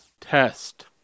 Test